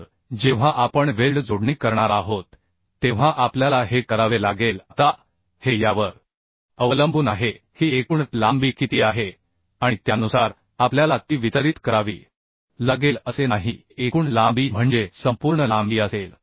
तर जेव्हा आपण वेल्ड जोडणी करणार आहोत तेव्हा आपल्याला हे करावे लागेल आता हे यावर अवलंबून आहे की एकूण लांबी किती आहे आणि त्यानुसार आपल्याला ती वितरित करावी लागेल असे नाही की एकूण लांबी म्हणजे संपूर्ण लांबी असेल